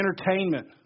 entertainment